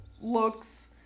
looks